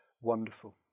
wonderful